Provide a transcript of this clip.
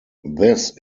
this